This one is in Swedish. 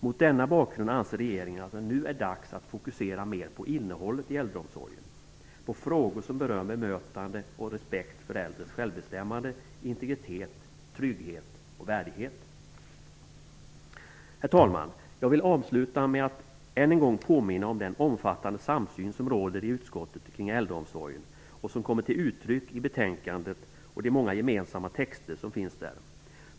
Mot denna bakgrund anser regeringen att det nu är dags att fokusera mer på innehållet i äldreomsorgen, på frågor som berör bemötande, respekt för äldres självbestämmande, integritet, trygghet och värdighet. Herr talman! Jag vill avsluta med att än en gång påminna om den omfattande samsyn som råder kring äldreomsorgen i utskottet, en samsyn som kommer till uttryck i betänkandet och i de många gemensamma texter som finns där.